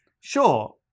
Sure